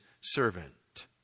servant